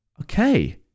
Okay